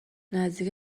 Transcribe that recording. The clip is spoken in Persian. نزدیک